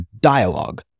dialogue